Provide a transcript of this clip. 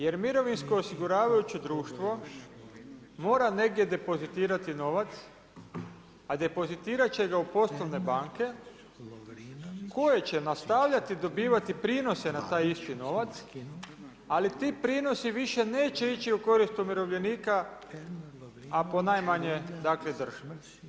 Jer mirovinsko osiguravajuće društvo, mora negdje depozitirati novac, a depozitirati će ga u poslovne banke, koje će nastavljati dobivati prinose na taj isti novac, ali ti prinosi više neće ići u korist umirovljenika, a ponajmanje državi.